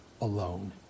alone